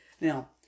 Now